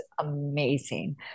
amazing